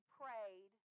prayed